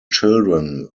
children